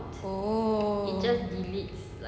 oh